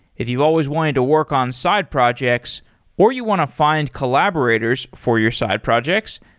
if you've always wanted to work on side projects or you want to find collaborators for your side projects,